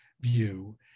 view